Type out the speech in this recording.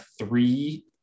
three